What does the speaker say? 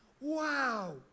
wow